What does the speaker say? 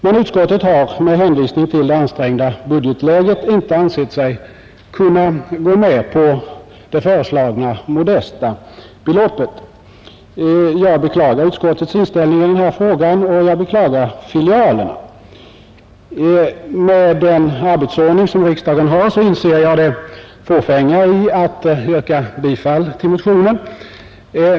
Men utskottet har med hänvisning till det ansträngda budgetläget inte ansett sig kunna gå med på det föreslagna modesta beloppet. Jag beklagar utskottets inställning i den här frågan, och jag beklagar filialerna. Med den arbetsordning som riksdagen har inser jag det fåfänga i att yrka bifall till motionen.